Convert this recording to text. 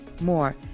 more